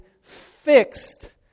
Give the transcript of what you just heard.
fixed